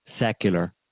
secular